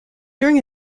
during